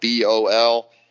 bol